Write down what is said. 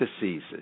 diseases